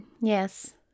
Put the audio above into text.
yes